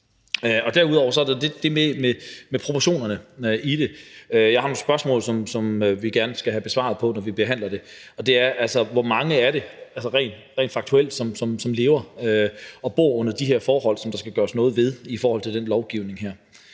Derudover er der det med proportionerne i det, og jeg har nogle spørgsmål, som vi gerne skal have svar på, når vi behandler det, nemlig hvor mange det rent faktuelt er, som lever og bor under de her forhold, som der skal gøres noget ved i forhold til den her lovgivning.